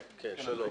שלום.